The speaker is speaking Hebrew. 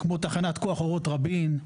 כמו תחנת כוח אורות רבין,